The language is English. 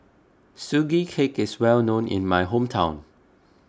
Sugee Cake is well known in my hometown